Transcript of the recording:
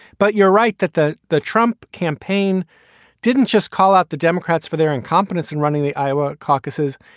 but you're right that the the trump campaign didn't just call out the democrats for their incompetence in running the iowa caucuses.